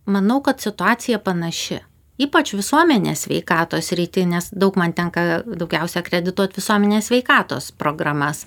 manau kad situacija panaši ypač visuomenės sveikatos srity nes daug man tenka daugiausia akredituot visuomenės sveikatos programas